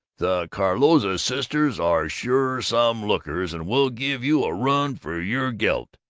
the calroza sisters are sure some lookers and will give you a run for your gelt.